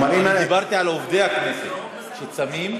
אני דיברתי על עובדי הכנסת שצמים,